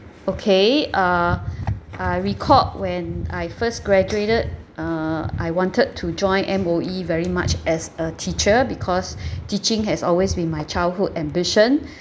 okay uh I recalled when I first graduated uh I wanted to join M_O_E very much as a teacher because teaching has always been my childhood ambition